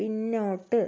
പിന്നോട്ട്